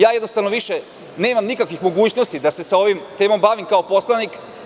Jednostavno, više nemam nikakvih mogućnosti da se sa ovom temom bavim kao poslanik.